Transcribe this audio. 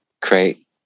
create